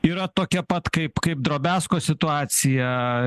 yra tokia pat kaip kaip drobiazko situacija